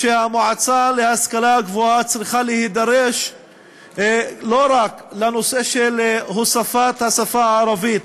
שהמועצה להשכלה גבוהה צריכה להידרש לא רק לנושא של הוספת השפה הערבית